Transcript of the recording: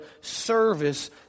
service